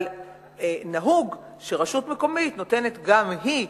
אבל נהוג שרשות מקומית נותנת גם היא,